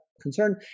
concern